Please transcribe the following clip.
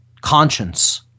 Conscience